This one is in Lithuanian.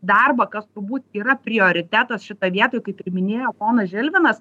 darbą kas turbūt yra prioritetas šitoj vietoj kaip minėjo ponas žilvinas